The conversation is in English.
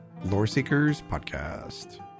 LoreSeekersPodcast